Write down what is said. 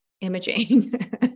imaging